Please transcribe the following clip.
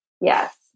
Yes